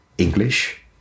English